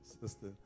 sister